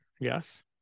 yes